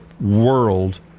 world